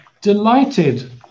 delighted